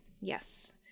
Yes